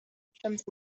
الشمس